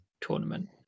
tournament